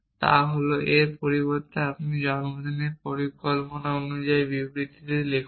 তা হল এর পরিবর্তে আপনি একটি জন্মদিনের পরিকল্পনা অনুযায়ী বিবৃতিটি লিখুন